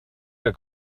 der